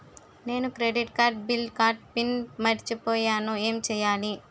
నేను credit card debit card PIN మర్చిపోయేను ఎం చెయ్యాలి?